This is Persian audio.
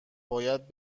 باید